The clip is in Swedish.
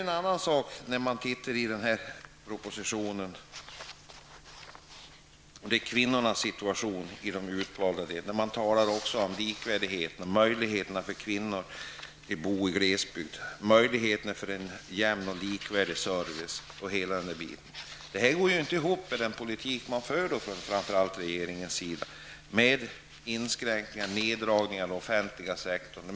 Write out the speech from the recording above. En annan sak som tas upp i propositionen är kvinnornas situation i de utvalda delarna. Man talar om likvärdighet, möjligheterna för kvinnor att bo i glesbygd, möjligheterna att få en jämn och likvärdig service m.m. Detta går inte ihop med den politik som förs, framför allt från regeringens sida, med inskränkningar, neddragningar av den offentliga sektorn.